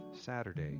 Saturday